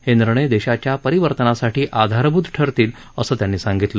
हे निर्णय देशाच्या परिवर्तनासाठी आधारभूत ठरतील असं त्यांनी सांगितलं